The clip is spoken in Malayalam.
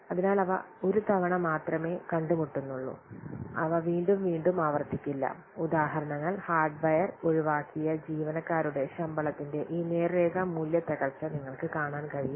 അതിനാൽ അവ ഒരുതവണ മാത്രമേ കണ്ടുമുട്ടുന്നുള്ളൂ അവ വീണ്ടും വീണ്ടും ആവർത്തിക്കില്ല ഉദാഹരണങ്ങൾ ഹാർഡ്വെയ്ന്റെ സ്ട്രൈറ്റലിനെ ഡിപ്രീസിയേഷൻ ഒഴിവാക്കിയ ജീവനക്കാരുടെ ശമ്പളം ഇൻഷുറൻസ് എന്നിവ നിങ്ങൾക്ക് കാണാൻ കഴിയും